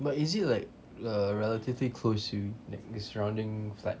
but is it like a relatively close to like the surrounding flats